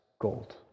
gold